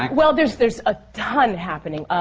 well, there's there's a ton happening.